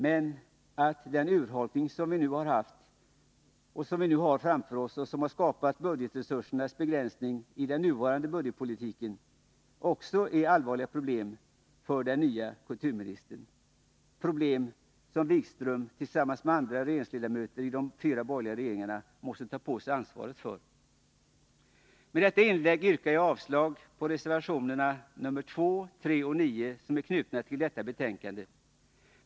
Men den urholkning som vi nu har haft och som vi har framför oss, som har skapat en begränsning av budgetresurserna i den nuvarande budgetpolitiken, är också ett allvarligt problem för den nya kulturministern — problem som Jan-Erik Wikström tillsammans med andra regeringsledamöter i de fyra borgerliga regeringarna måste ta på sig ansvaret för. Med detta inlägg yrkar jag avslag på reservationerna nr 2, 3 och 9, som är knutna till detta betänkande.